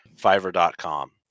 Fiverr.com